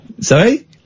Sorry